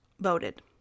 voted